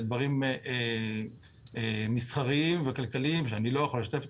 אלה דברים מסחריים וכלכליים שאני לא יכול לשתף,